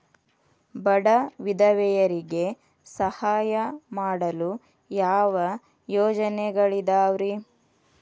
ಬಡ ವಿಧವೆಯರಿಗೆ ಸಹಾಯ ಮಾಡಲು ಯಾವ ಯೋಜನೆಗಳಿದಾವ್ರಿ?